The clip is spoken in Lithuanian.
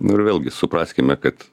nu ir vėlgi supraskime kad